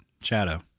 shadow